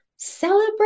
celebrate